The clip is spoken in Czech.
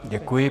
Děkuji.